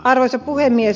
arvoisa puhemies